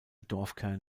dorfkern